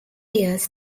years